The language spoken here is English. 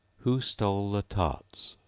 who stole the tarts?